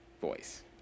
voice